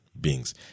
beings